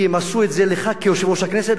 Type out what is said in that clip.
כי הם עשו את זה לך כיושב-ראש הכנסת.